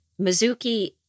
Mizuki